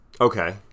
Okay